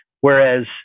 whereas